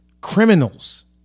criminals